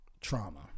Trauma